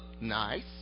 nice